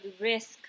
risk